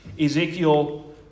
Ezekiel